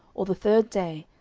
or the third day,